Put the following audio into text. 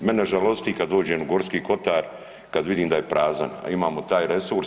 Mene žalosti kad dođem u Gorski kotar, kad vidim da je prazan a imamo taj resurs.